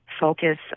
focus